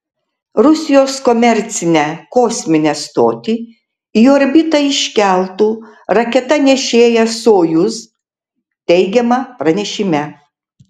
rusijos komercinę kosminę stotį į orbitą iškeltų raketa nešėja sojuz teigiama pranešime